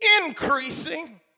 increasing